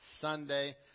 Sunday